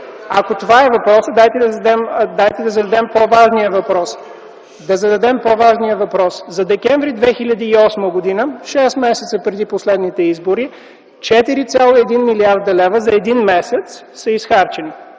ако това е въпросът, дайте да зададем по-важният въпрос: за м. декември 2008 г., 6 месеца преди последните избори, 4,1 млрд. лв. за един месец са изхарчени!